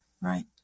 Right